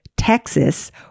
Texas